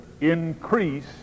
increase